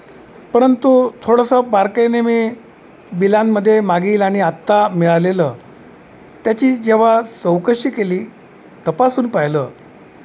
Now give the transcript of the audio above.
परंतु थोडंसं बारकाईने मी बिलांमध्ये मागील आणि आत्ता मिळालेलं त्याची जेव्हा चौकशी केली तपासून पाहिलं